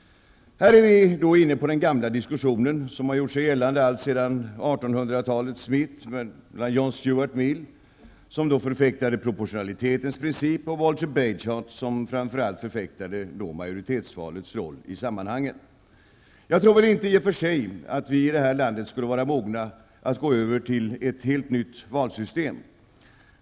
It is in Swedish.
Här är vi inne på den gamla diskussion som gjort sig gällande sedan 1800-talets mitt, med John Stuart Mill, som förfäktade proportionalitetens princip, och Walter Bagehot som framför allt förfäktade majoritetsvalets roll i sammanhanget. Jag tror inte i och för sig att vi i detta land skulle vara mogna att gå över till ett helt nytt valsystem.